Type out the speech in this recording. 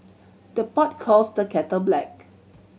the pot calls the kettle black